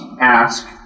ask